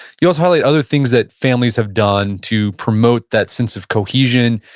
you also highlight other things that families have done to promote that sense of cohesion.